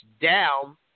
down